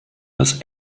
das